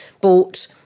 bought